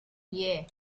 hye